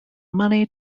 money